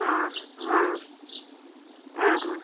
ആ ആ അ ആ